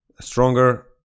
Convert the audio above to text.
stronger